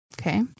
Okay